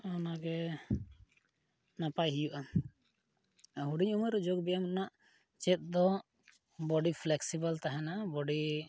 ᱚᱱᱟᱜᱮ ᱱᱟᱯᱟᱭ ᱦᱩᱭᱩᱜᱼᱟ ᱦᱩᱰᱤᱝ ᱩᱢᱮᱨ ᱨᱮ ᱡᱳᱜᱽᱵᱮᱭᱟᱢ ᱨᱮᱱᱟᱜ ᱪᱮᱫ ᱫᱚ ᱵᱚᱰᱤ ᱯᱷᱞᱮᱠᱥᱤᱵᱚᱞ ᱛᱟᱦᱮᱱᱟ ᱵᱚᱰᱤ